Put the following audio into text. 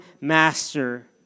master